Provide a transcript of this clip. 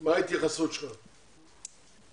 מה ההתייחסות שלך?